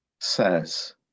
says